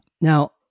Now